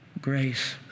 Grace